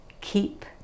Keep